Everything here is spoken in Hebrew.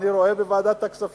כי אני רואה מה קורה בוועדת הכספים